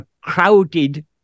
crowded